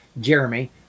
Jeremy